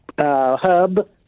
hub